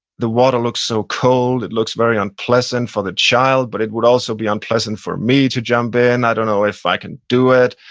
the water looks so cold. it looks very unpleasant for the child, but it would also be unpleasant for me to jump in. i don't know if i can do it.